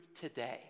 today